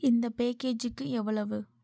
இந்த பேக்கேஜுக்கு எவ்வளவு